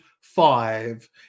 five